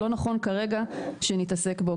לא נכון כרגע שנתעסק בו,